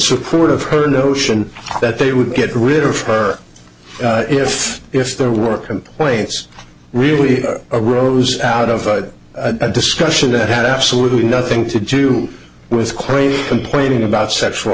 support of her notion that they would get rid of her if if their work complaints really arose out of a discussion that had absolutely nothing to do with craig complaining about sexual